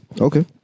Okay